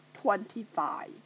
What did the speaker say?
TWENTY-FIVE